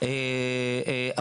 אני מקבל את זה,